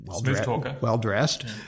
well-dressed